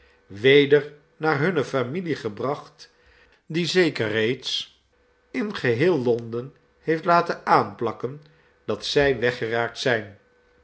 weder naar hunne familie gebracht die zeker reeds in geheel l on den heeft laten aanplakken dat zij weggeraakt zijn